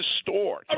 Store